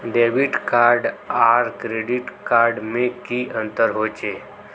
Debit card आर credit card में की अंतर होचे?